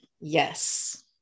Yes